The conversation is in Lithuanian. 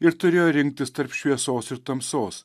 ir turėjo rinktis tarp šviesos ir tamsos